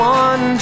one